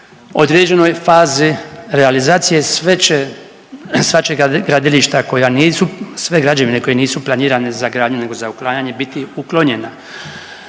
određenoj fazi realizacije. Sva će gradilišta koja nisu, sve građevine koje nisu planirane za gradnju, nego za uklanjanje biti uklonjena.